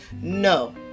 No